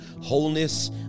wholeness